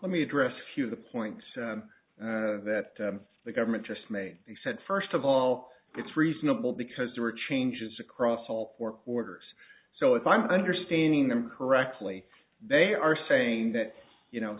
let me address a few of the points that the government just made they said first of all it's reasonable because there were changes across all four quarters so if i'm understanding them correctly they are saying that you know